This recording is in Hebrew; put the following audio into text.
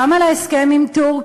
גם על ההסכם עם טורקיה.